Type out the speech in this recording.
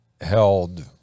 held